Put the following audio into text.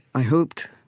i hoped,